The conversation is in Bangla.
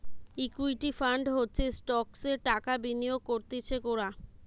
ইকুইটি ফান্ড হচ্ছে স্টকসে টাকা বিনিয়োগ করতিছে কোরা